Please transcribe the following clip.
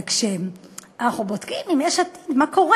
וכשאנחנו בודקים מה קורה,